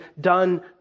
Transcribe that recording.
done